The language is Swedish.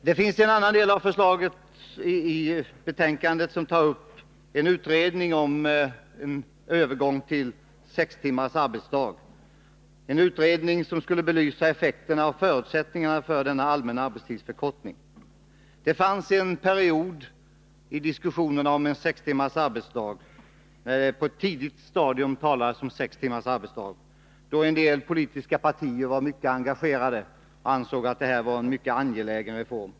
Det finns en annan del i betänkandet som tar upp frågan om en utredning om övergång till sex timmars arbetsdag, en utredning som skulle belysa effekterna av och förutsättningarna för denna allmänna arbetstidsförkortning. Det fanns en period på ett tidigt stadium av diskussionen om sex timmars arbetsdag, då en del politiska partier var mycket engagerade och ansåg att detta var en mycket angelägen reform.